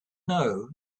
know